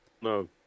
No